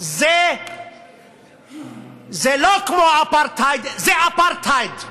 זה לא כמו אפרטהייד, זה אפרטהייד.